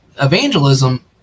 evangelism